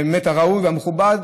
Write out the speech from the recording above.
באמת הראוי והמכובד,